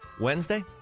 Wednesday